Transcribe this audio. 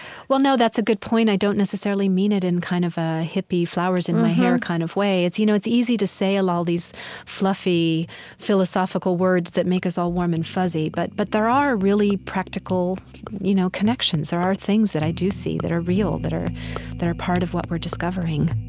well, no, that's a good point. i don't necessarily mean it in kind of a hippie, flowers-in-my-hair kind of way. it's you know it's easy to say all all these fluffy philosophical words that make us all warm and fuzzy, but but there are really practical you know connections. there are things that i do see that are real, that are that are part of what we're discovering